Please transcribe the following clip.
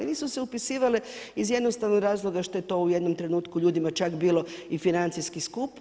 Nisu se upisivale iz jednostavnog razloga što je to u jednom trenutku ljudima čak bilo i financijski skupo.